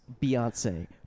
Beyonce